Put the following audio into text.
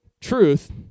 truth